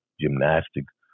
gymnastics